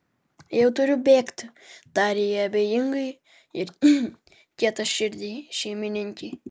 jau turiu bėgti tarė ji abejingai ir kietaširdei šeimininkei